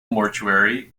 mortuary